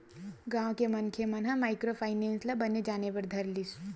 गाँव के मनखे मन ह माइक्रो फायनेंस ल बने जाने बर धर लिस